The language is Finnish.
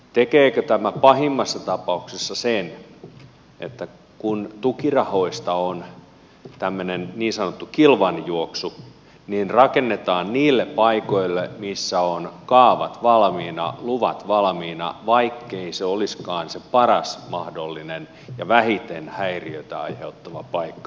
tekeekö tämä pahimmassa tapauksessa sen että kun tukirahoista on tämmöinen niin sanottu kilvanjuoksu niin rakennetaan niille paikoille missä on kaavat valmiina luvat valmiina vaikkei se olisikaan se paras mahdollinen ja vähiten häiriöitä aiheuttava paikka